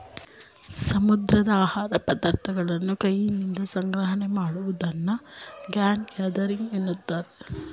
ಸಮುದ್ರದ ಆಹಾರ ಪದಾರ್ಥಗಳನ್ನು ಕೈಯಿಂದ ಸಂಗ್ರಹಣೆ ಮಾಡುವುದನ್ನು ಹ್ಯಾಂಡ್ ಗ್ಯಾದರಿಂಗ್ ಅಂತರೆ